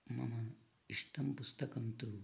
मम इष्टं पुस्तकं तु